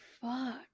Fuck